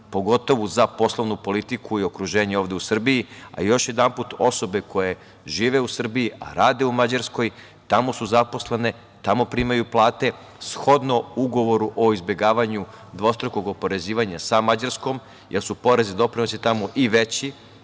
pogotovo za poslovnu politiku i okruženje ovde u Srbiji, a još jedanput, osobe koje žive u Srbiji, a rade u Mađarskoj, tamo su zaposlene, tamo primaju plate, shodno ugovoru o izbegavanju dvostrukog oporezivanja sa Mađarskom, jer su porezi i doprinosi tamo i veći,